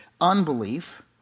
unbelief